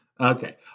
okay